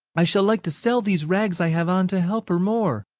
i should like to sell these rags i have on to help her more.